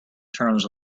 terms